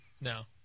No